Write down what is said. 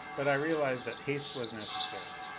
but i realized that haste was necessary.